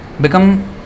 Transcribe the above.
become